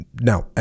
Now